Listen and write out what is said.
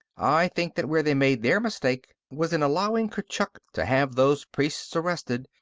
i think that where they made their mistake was in allowing kurchuk to have those priests arrested,